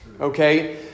Okay